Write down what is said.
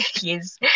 Yes